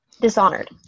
Dishonored